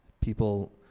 people